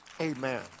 amen